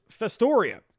Festoria